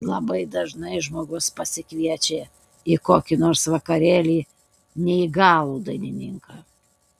labai dažnai žmogus pasikviečia į kokį nors vakarėlį neįgalų dainininką